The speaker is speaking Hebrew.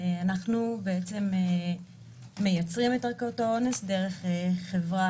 אנחנו מייצרים את ערכות האונס דרך חברה